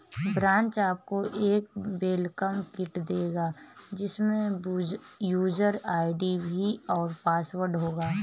branch आपको एक welcome kit देगा जिसमे यूजर आई.डी और पासवर्ड होगा